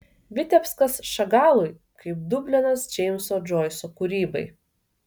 vitebskas šagalui kaip dublinas džeimso džoiso kūrybai